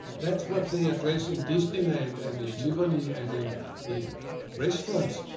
that's what they address in disneyland and in tivoli and in the restaurants.